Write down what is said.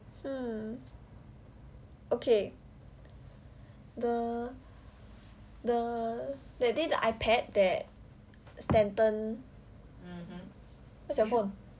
hmm okay the the that day the ipad that stanton where's your phone